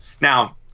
Now